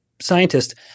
scientist